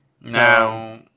Now